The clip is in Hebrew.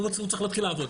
הוא צריך להתחיל לעבוד.